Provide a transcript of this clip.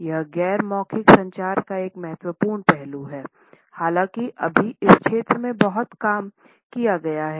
यह गैर मौखिक संचार का एक महत्वपूर्ण पहलू है हालांकि अभी इस क्षेत्र में बहुत काम किया गया है